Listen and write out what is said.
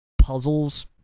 puzzles